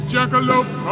Jackalope